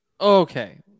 Okay